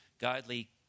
godly